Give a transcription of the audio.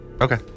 Okay